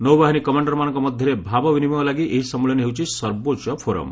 ନୌବାହିନୀ କମାଣ୍ଡର୍ମାନଙ୍କ ମଧ୍ୟରେ ଭାବ ବିନିମୟ ଲାଗି ଏହି ସମ୍ମିଳନୀ ହେଉଛି ସର୍ବୋଚ୍ଚ ଫୋରମ୍